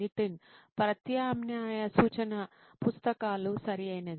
నితిన్ ప్రత్యామ్నాయ సూచన పుస్తకాలు సరియైనది